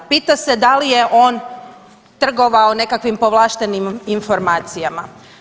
Pita se da li je on trgovao nekakvim povlaštenim informacijama.